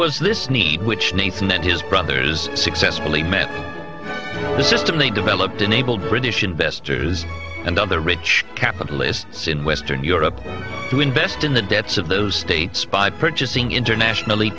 was this need which nathan and his brothers successfully met the system they developed enabled british investors and other rich capitalists in western europe to invest in the debts of those states by purchasing internationally